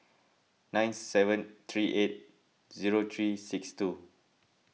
nine seven three eight zero three six two